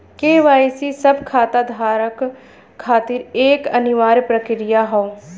KYC सब खाता धारक खातिर एक अनिवार्य प्रक्रिया हौ